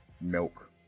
milk